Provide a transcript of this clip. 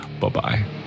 Bye-bye